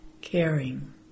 caring